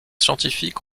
scientifiques